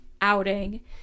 outing